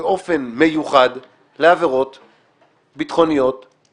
באופן מיוחד לעבירות ביטחוניות-טרוריסטיות.